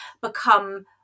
become